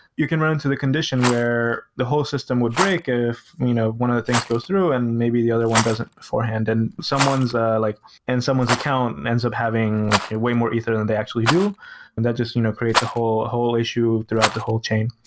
you can run to the condition where the whole system would break if you know one of the things goes through and maybe the other one doesn't beforehand, and someone's ah like and someone's accountant and ends up having like way more ether than they actually do, and that just you know creates a whole issue throughout the whole chain.